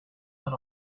and